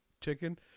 chicken